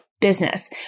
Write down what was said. business